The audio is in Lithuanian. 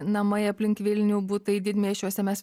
namai aplink vilnių butai didmiesčiuose mes